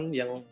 yang